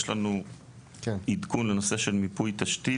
יש לנו עדכון לנושא של מיפוי תשתית.